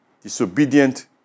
disobedient